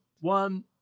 one